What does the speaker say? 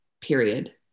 period